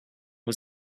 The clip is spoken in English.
was